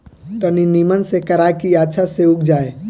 तनी निमन से करा की अच्छा से उग जाए